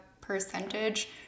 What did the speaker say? percentage